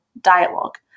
dialogue